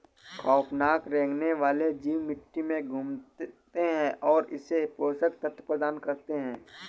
खौफनाक रेंगने वाले जीव मिट्टी में घूमते है और इसे पोषक तत्व प्रदान करते है